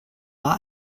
war